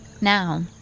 Now